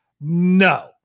No